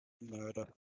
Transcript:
murder